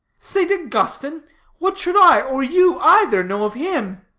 st. augustine? what should i, or you either, know of him?